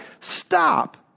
stop